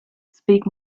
speak